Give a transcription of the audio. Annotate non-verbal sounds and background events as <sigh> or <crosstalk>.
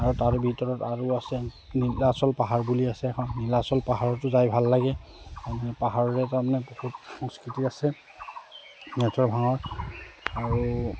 আৰু তাৰ ভিতৰত আৰু আছে নীলাচল পাহাৰ বুলি আছে এখন নীলাচল পাহাৰতো যাই ভাল লাগে পাহাৰৰে তাৰমানে বহুত সংস্কৃতি আছে <unintelligible> আৰু